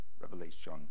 revelation